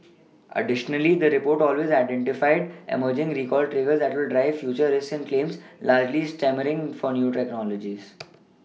additionally the report also identified emerging recall triggers that will drive future risks and claims largely stemming from new technologies